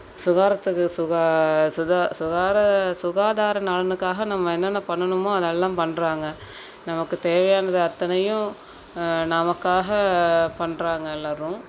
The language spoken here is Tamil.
சுகாரத்துக்கு சுகா சுகா சுகார சுகாதார நலனுக்காக நம்ம என்னென்ன பண்ணணுமோ அதெல்லாம் பண்ணுறாங்க நமக்கு தேவையானது அத்தனையும் நமக்காக பண்ணுறாங்க எல்லாரும்